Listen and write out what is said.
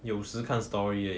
有时看 story 而已